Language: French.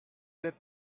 êtes